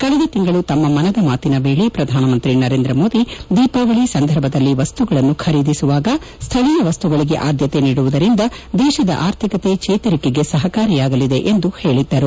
ಕಳೆದ ತಿಂಗಳು ತಮ್ಮ ಮನದ ಮಾತಿನ ವೇಳೆ ಪ್ರಧಾನಿ ನರೇಂದ್ರ ಮೋದಿ ದೀಪಾವಳಿ ಸಂದರ್ಭದಲ್ಲಿ ವಸ್ತುಗಳನ್ನು ಖರೀದಿಸುವಾಗ ಸ್ದಳೀಯ ವಸ್ತುಗಳಿಗೆ ಆದ್ಯತೆ ನೀಡುವುದರಿಂದ ದೇಶದ ಆರ್ಥಿಕತೆ ಚೇತರಿಕೆಗೆ ಸಹಕಾರಿಯಾಗಲಿದೆ ಎಂದು ಹೇಳಿದ್ದರು